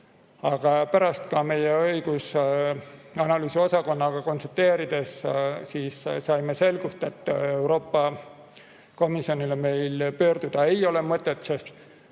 Aga pärast ka meie õigus‑ ja analüüsiosakonnaga konsulteerides saime selgust, et Euroopa Komisjoni poole pöörduda meil ei ole mõtet. See